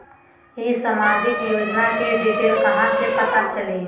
ई सामाजिक योजना के डिटेल कहा से पता चली?